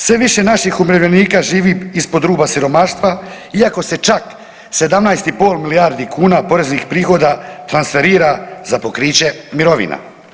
Sve više naših umirovljenika živi ispod ruba siromaštva, iako se čak 17,5 milijardi kuna poreznih prihoda transferira za pokriće mirovina.